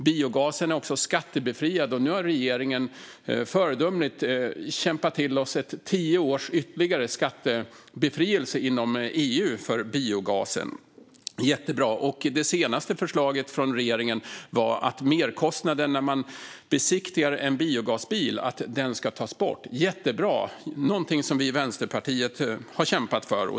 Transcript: Biogasen är också skattebefriad, och regeringen har nu föredömligt kämpat till oss ytterligare tio års skattebefrielse inom EU för biogasen - jättebra! Det senaste förslaget från regeringen var att merkostnaden när man besiktar en biogasbil ska tas bort. Det är jättebra och någonting som vi i Vänsterpartiet har kämpat för.